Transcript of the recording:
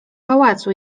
pałacu